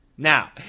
Now